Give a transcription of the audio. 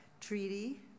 treaty